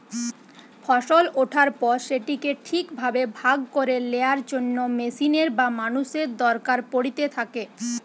ফসল ওঠার পর সেটিকে ঠিক ভাবে ভাগ করে লেয়ার জন্য মেশিনের বা মানুষের দরকার পড়িতে থাকে